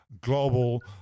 global